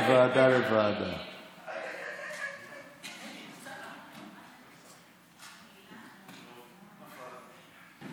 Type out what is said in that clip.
מוועדת הבריאות לוועדת הפנים והגנת הסביבה לא נתקבלה.